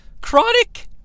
Chronic